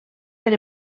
per